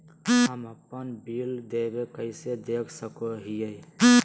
हम अपन बिल देय कैसे देख सको हियै?